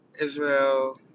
Israel